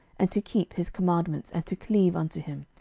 and to keep his commandments, and to cleave unto him,